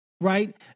right